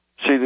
See